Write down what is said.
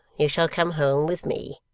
you shall come home with me